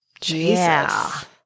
Jesus